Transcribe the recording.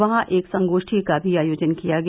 वहां एक संगोष्ठी का भी आयोजन किया गया